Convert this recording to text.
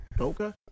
Okay